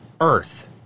Earth